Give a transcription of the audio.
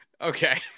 okay